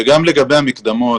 גם לגבי המקדמות,